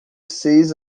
seis